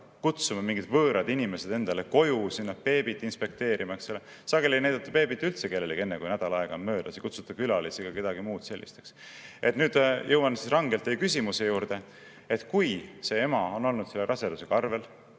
kutsuma mingid võõrad inimesed endale koju beebit inspekteerima? Sageli ei näidata beebit üldse kellelegi enne, kui nädal aega on möödas, ei kutsuta külalisi ega kedagi teist. Nüüd jõuan rangelt teie küsimuse juurde. Kui ema on olnud rasedusega